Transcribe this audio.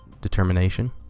determination